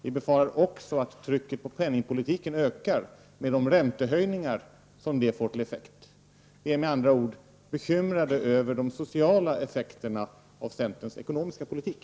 Vi befarar också att trycket på penningpolitiken ökar med de räntehöjningar som det får till effekt. Vi är med andra ord bekymrade över de sociala effekterna av centerns ekonomiska politik.